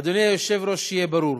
אדוני היושב-ראש, שיהיה ברור: